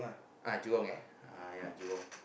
uh Jurong there uh ya Jurong